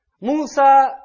Musa